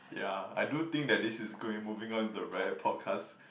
ya I do think that this is going moving on to the very podcast